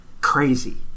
crazy